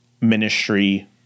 ministry